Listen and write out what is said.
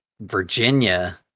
Virginia